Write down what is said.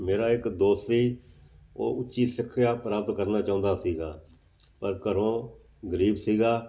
ਮੇਰਾ ਇੱਕ ਦੋਸਤ ਸੀ ਉਹ ਉੱਚੀ ਸਿੱਖਿਆ ਪ੍ਰਾਪਤ ਕਰਨਾ ਚਾਹੁੰਦਾ ਸੀਗਾ ਪਰ ਘਰੋਂ ਗਰੀਬ ਸੀਗਾ